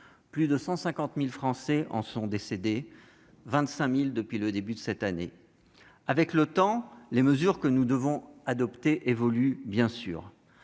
Plus de 150 000 Français en sont décédés, dont 25 000 depuis le début de l'année. Avec le temps, les mesures que nous devons adopter évoluent. Dans